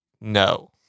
no